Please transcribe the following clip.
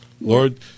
lord